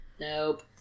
nope